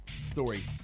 story